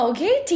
Okay